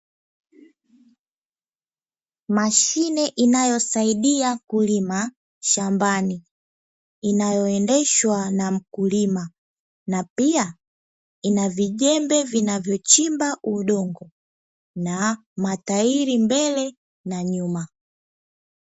Mashine inayosaidia kulima shambani, inayoendeshwa na mkulima na pia ina vijembe vinavyochimba udongo na matairi mbele na nyuma.